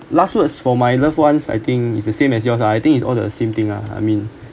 last words for my loved ones I think is the same as yours lah I think it's all the same thing lah I mean